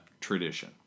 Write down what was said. tradition